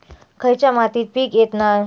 खयच्या मातीत पीक येत नाय?